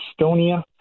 Estonia